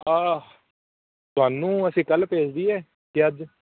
ਆ ਤੁਹਾਨੂੰ ਅਸੀਂ ਕੱਲ੍ਹ ਭੇਜ ਦਈਏ ਜਾਂ ਅੱਜ